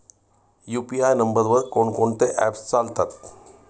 UPI नंबरवर कोण कोणते ऍप्स चालतात?